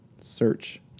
Search